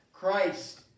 Christ